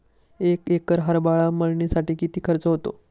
एक एकर हरभरा मळणीसाठी किती खर्च होतो?